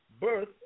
birth